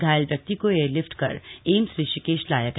घायल व्यक्ति को एयरलिफ्ट कर एम्स ऋषिकेश लाया गया